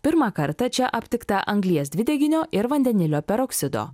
pirmą kartą čia aptikta anglies dvideginio ir vandenilio peroksido